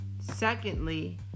Secondly